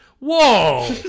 Whoa